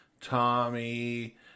Tommy